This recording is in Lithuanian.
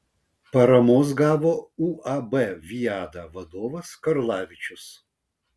paramos gavo uab viada vadovas karlavičius